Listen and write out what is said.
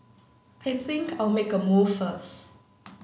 I think I'll make a move first